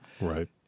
Right